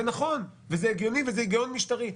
זה נכון, זה הגיוני וזה היגיון משטרי.